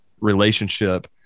relationship